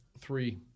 three